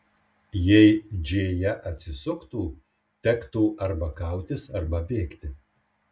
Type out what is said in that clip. jei džėja atsisuktų tektų arba kautis arba bėgti